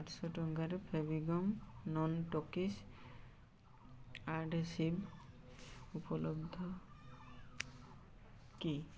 ଆଠଶହ ଟଙ୍କାରେ Fevigum non-toxic adhesive ଉପଲବ୍ଧ କି